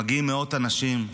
מגיעים מאות אנשים,